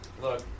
Look